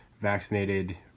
vaccinated